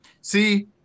See